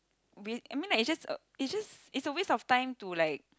we I mean like it's just a it's just it's a waste time to like